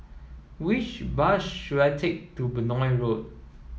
which bus should I take to Benoi Road